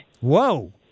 Whoa